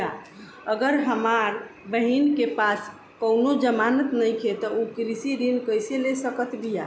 अगर हमार बहिन के पास कउनों जमानत नइखें त उ कृषि ऋण कइसे ले सकत बिया?